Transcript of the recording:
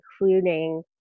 including